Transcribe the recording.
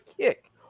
kick